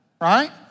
Right